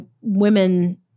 women